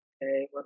Hey